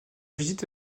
visite